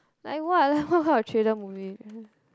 like what what kind of thriller movie